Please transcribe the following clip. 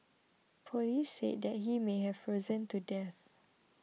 police said that he may have frozen to death